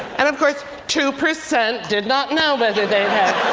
and of course two percent did not know whether they'd had